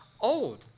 old